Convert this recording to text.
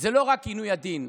עינוי הדין.